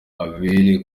abere